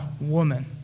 woman